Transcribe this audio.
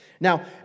Now